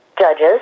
judges